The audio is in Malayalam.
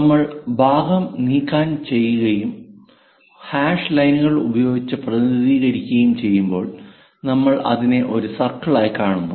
നമ്മൾ ഭാഗം നീക്കം ചെയ്യുകയും ഹാഷ് ലൈനുകൾ ഉപയോഗിച്ച് പ്രതിനിധീകരിക്കുകയും ചെയ്യുമ്പോൾ നമ്മൾ അതിനെ ഒരു സർക്കിളായി കാണുന്നു